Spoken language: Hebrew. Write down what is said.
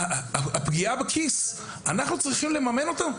אנחנו צריכים לממן את זה?